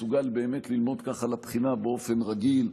מסוגל באמת ללמוד ככה לבחינה באופן רגיל.